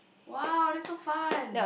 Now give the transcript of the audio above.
!wow! that's so fun